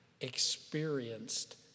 experienced